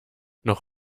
noch